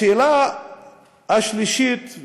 השאלה השלישית,